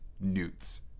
newts